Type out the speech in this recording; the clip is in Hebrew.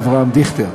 אבי דיכטר,